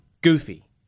goofy